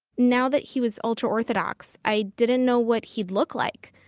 now that he was ultra-orthodox, i didn't know what he'd look like,